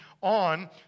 on